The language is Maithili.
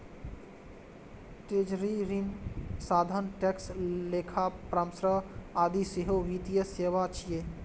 ट्रेजरी, ऋण साधन, टैक्स, लेखा परामर्श आदि सेहो वित्तीय सेवा छियै